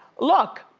look,